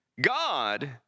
God